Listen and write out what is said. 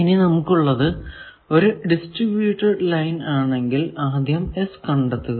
ഇനി നമുക്കുള്ളത് ഒരു ഡിസ്ട്രിബ്യുട്ടഡ് ലൈൻ ആണെങ്കിൽ ആദ്യം S കണ്ടെത്തുക